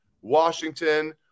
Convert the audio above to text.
Washington